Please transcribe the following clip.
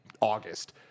August